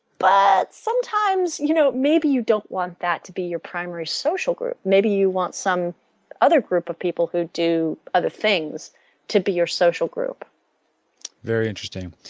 but sometimes you know maybe you don't want that to be your primary social group, maybe you want some other group of people who do other things to be your social group very interesting,